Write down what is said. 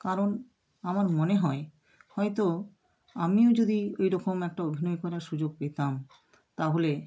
কারণ আমার মনে হয় হয়তো আমিও যদি এরকম একটা অভিনয় করার সুযোগ পেতাম তাহলে